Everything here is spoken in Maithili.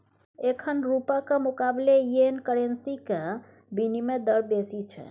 एखन रुपाक मुकाबले येन करेंसीक बिनिमय दर बेसी छै